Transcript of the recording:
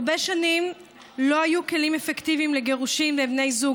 הרבה שנים לא היו כלים אפקטיביים לגירושין בין בני זוג,